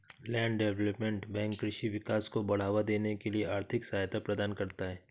land development bank कृषि विकास को बढ़ावा देने के लिए आर्थिक सहायता प्रदान करता है